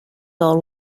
all